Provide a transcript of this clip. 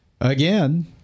again